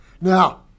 Now